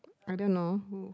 I don't know who